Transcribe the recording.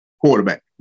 Quarterback